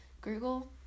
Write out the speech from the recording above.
google